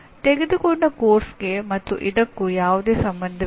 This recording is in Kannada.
ತೆಗೆದುಕೊಂಡ ಪಠ್ಯಕ್ರಮಕ್ಕೆ ಮತ್ತು ಇದಕ್ಕೂ ಯಾವುದೇ ಸಂಬಂಧವಿಲ್ಲ